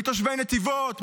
מתושבי נתיבות?